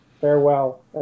farewell